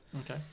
Okay